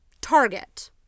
Target